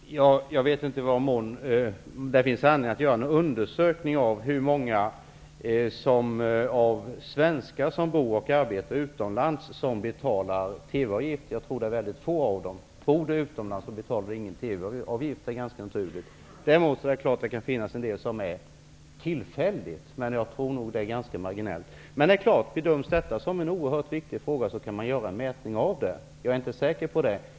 Herr talman! Jag vet inte i vad mån det finns anledning att göra en undersökning av hur många av de svenskar som bor och arbetar utomlands som betalar TV-avgift. Jag tror att det är ytterst få. Om man bor utomlands betalar man ingen TV-avgift. Det är ganska naturligt. Däremot är det klart att det kan finnas en del människor som tillfälligt bor utomlands. Men jag tror att det är ganska marginellt. Det är klart att om detta bedöms som en oerhört viktig fråga kan man göra en mätning av det. Jag är inte säker på det.